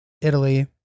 Italy